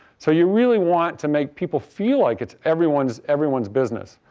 so you really want to make people feel like it's everyone's everyone's business.